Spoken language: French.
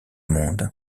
monde